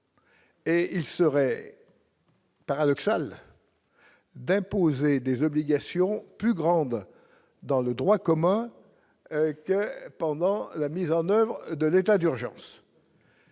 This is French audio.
Et il serait. Paradoxal d'imposer des obligations plus grande dans le droit commun pendant la mise en oeuvre de l'état d'urgence.